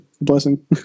blessing